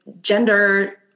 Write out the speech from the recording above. gender